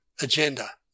agenda